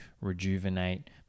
rejuvenate